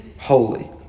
holy